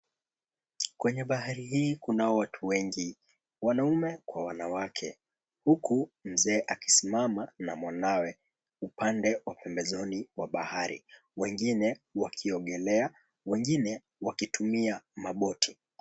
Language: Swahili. Kwenye bahari hii kunao watu wengi, wanaume kwa wanawake. Huku mzee akisimama na mwanawe upande wa pembezoni mwa bahari. Wengine wakiogelea, wengine wakitumia maboti.